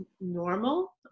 normal